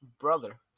brother